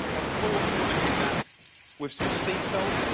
of course we wanna hit that with some sea salt,